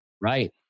Right